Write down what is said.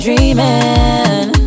Dreaming